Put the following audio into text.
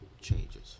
changes